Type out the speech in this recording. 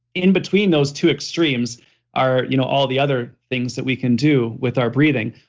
in between those two extremes are you know all the other things that we can do with our breathing.